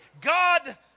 God